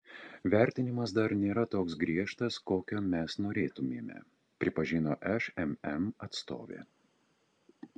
vertinimas dar nėra toks griežtas kokio mes norėtumėme pripažino šmm atstovė